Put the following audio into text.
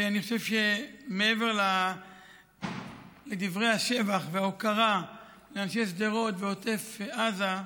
שמעבר לדברי השבח וההוקרה לאנשי שדרות ועוטף עזה,